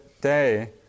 day